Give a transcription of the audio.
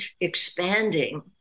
expanding